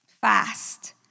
fast